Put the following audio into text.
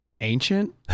Ancient